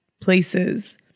places